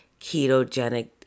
ketogenic